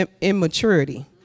immaturity